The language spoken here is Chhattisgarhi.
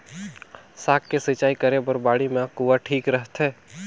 साग के सिंचाई करे बर बाड़ी मे कुआँ ठीक रहथे?